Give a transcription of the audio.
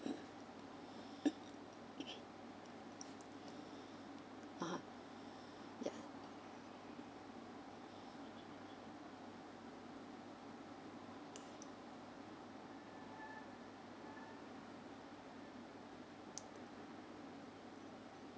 (uh huh) yeah